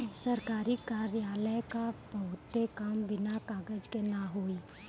सरकारी कार्यालय क बहुते काम बिना कागज के ना होई